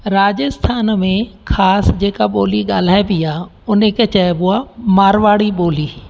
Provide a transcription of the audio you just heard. राजस्थान में ख़ासि जेका ॿोली ॻाल्हाइबी आहे हुनखे चइबो आहे मारवाड़ी ॿोली